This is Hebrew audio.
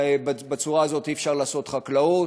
בצורה הזאת אי-אפשר לעשות חקלאות,